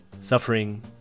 suffering